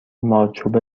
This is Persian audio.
مارچوبه